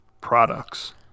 products